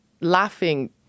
laughing